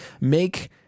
make